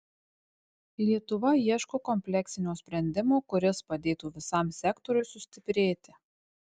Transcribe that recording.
lietuva ieško kompleksinio sprendimo kuris padėtų visam sektoriui sustiprėti